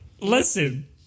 listen